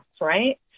right